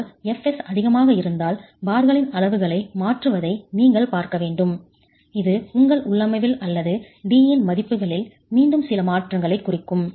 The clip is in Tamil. ஆனால் fs அதிகமாக இருந்தால் பார்களின் அளவுகளை மாற்றுவதை நீங்கள் பார்க்க வேண்டும் இது உங்கள் உள்ளமைவில் அல்லது d இன் மதிப்புகளில் மீண்டும் சில மாற்றங்களைக் குறிக்கும்